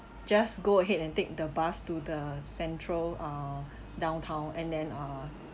just go ahead and take the bus to the central uh downtown and then uh